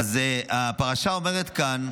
אז הפרשה אומרת כאן,